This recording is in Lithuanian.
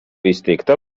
įsteigta